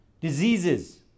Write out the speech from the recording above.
diseases